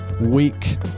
week